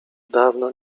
dawno